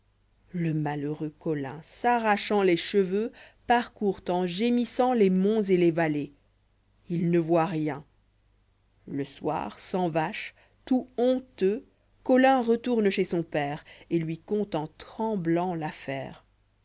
le malheureux colin s'arrachant les cheveux parcourt en gémissant les monts et les vallées h ne voit rien le soir sans vaches tout honteux colin retourne chez son père et lui conte en tremblant